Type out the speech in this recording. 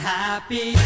happy